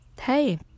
hey